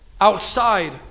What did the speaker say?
outside